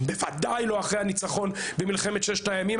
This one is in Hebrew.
בוודאי לא אחרי הניצחון במלחמת ששת הימים.